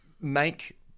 make